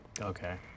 Okay